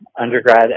undergrad